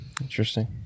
Interesting